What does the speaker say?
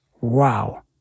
Wow